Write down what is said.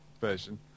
version